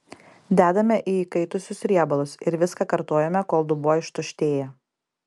dedame į įkaitusius riebalus ir viską kartojame kol dubuo ištuštėja